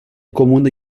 comune